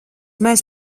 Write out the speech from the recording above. mēs